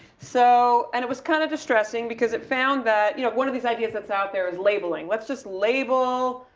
so, and it was kinda distressing because it found that, you know one of these ideas that's out there is labeling. let's just label